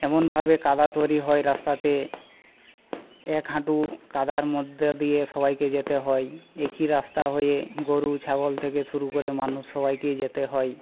এমনভাবে কাদা তৈরি হয় রাস্তাতে এক হাঁটু কাদার মধ্যে দিয়ে সবাইকে যেতে হয় একই রাস্তা হয়ে গরু ছাগল থেকে শুরু করে মানুষ সবাইকেই যেতে হয়